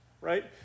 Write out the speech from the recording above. right